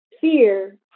fear